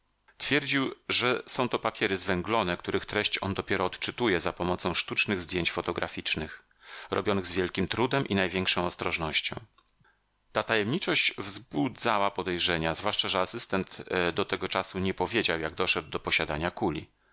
twierdził że są to papiery zwęglone których treść on dopiero odczytuje za pomocą sztucznych zdjęć fotograficznych robionych z wielkim trudem i największą ostrożnością ta tajemniczość wzbudzała podejrzenia zwłaszcza że asystent do tego czasu nie powiedział jak doszedł do posiadania kuli